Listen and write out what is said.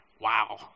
wow